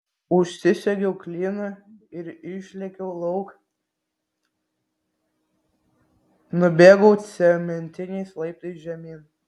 užsisegiau klyną ir išlėkiau lauk nubėgau cementiniais laiptais žemyn